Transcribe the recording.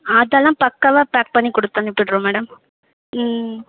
அதெல்லாம் பக்காவாக பேக் பண்ணி கொடுத்தனுப்பிட்றோம் மேடம் ம்